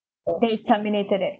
they terminated it